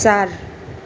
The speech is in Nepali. चार